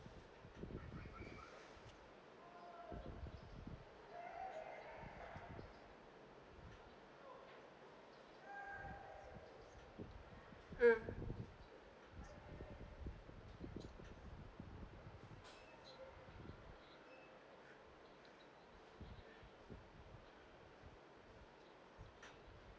mm